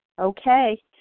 Okay